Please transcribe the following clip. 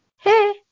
Hey